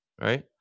Right